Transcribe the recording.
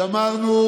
שמרנו